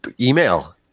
email